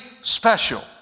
special